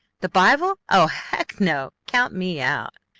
the bible! oh heck! no! count me out!